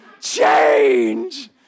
Change